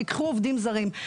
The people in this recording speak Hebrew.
קחו עובדים זרים.